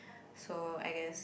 so I guess